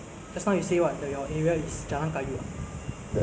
G_R_C mah group representation constituency what